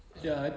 ah